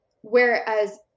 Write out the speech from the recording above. whereas